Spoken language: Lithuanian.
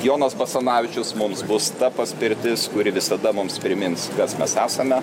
jonas basanavičius mums bus ta paspirtis kuri visada mums primins kas mes esame